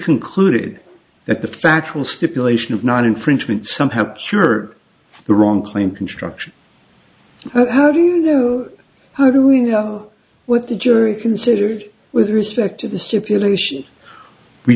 concluded that the factual stipulation of not infringement somehow cure the wrong claim construction you know how do we know what the jury considered with respect to the stipulation we